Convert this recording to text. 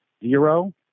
zero